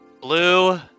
Blue